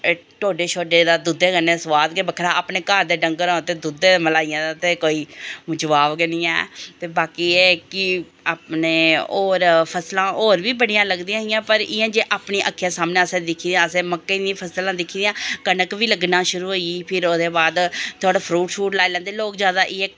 ढोडे शोडे दा दुद्धै कन्नै स्वाद गै बक्खरा हा अपने घर दे डंगर होन ते दुद्धै मलाइयै ते कोई जवाब गै निं ऐ ते बाकी एह् ऐ कि अपने होर फसलां होर बी बड़ियां लगदियां हां पर अपनी अक्खीं सामनै दिक्खी दियां ओह् मक्कें दी फसलां दिक्खी दियां कनक बी लग्गना शुरू होई गेदियां फिर ओह्दे बाद थोह्ड़ा फरूट शरूट लाई लैंदे हे लोग जादा इ'यै